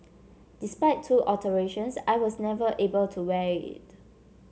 despite two alterations I was never able to wear it